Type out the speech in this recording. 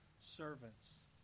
servants